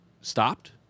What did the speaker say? stopped